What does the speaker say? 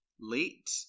late